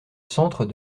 centre